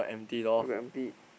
where got empty